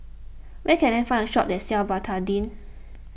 where can I find a shop that sells Betadine